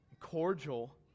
cordial